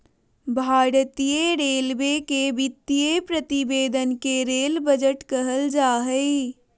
भारतीय रेलवे के वित्तीय प्रतिवेदन के रेल बजट कहल जा हइ